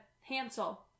Hansel